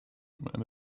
and